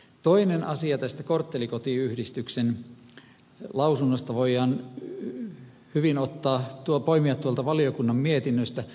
toinen asia tästä korttelikotiyhdistyksen lausunnosta voidaan hyvin poimia tuolta valiokunnan mietinnöstä